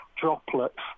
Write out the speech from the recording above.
droplets